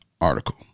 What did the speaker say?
article